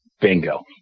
Bingo